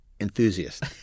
Enthusiast